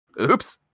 Oops